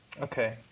Okay